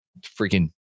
freaking